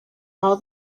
all